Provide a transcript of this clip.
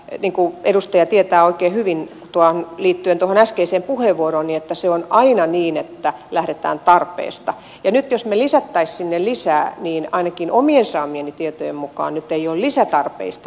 ydin kuin edustaja tietää oikein hyvin liittyen tuohon äskeiseen puheenvuoroon se on aina niin että lähdetään tarpeesta ja nyt jos me lisäisimme sinne niin ainakaan omien saamieni tietojen mukaan nyt ei ole lisätarvetta